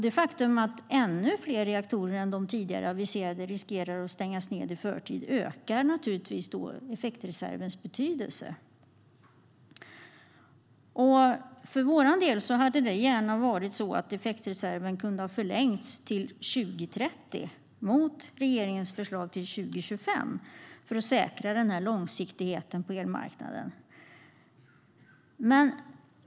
Det faktum att ännu fler reaktorer än de tidigare aviserade riskerar att stängas i förtid ökar naturligtvis effektreservens betydelse. För vår del hade effektreserven gärna kunnat förlängas till år 2030, mot regeringens förslag till år 2025, för att säkra en långsiktighet på elmarknaden.